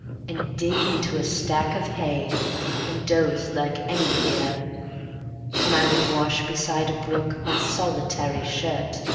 and dig into a stack of hay and doze like any peer when i would wash beside a brook my solitary shirt,